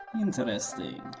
interesting.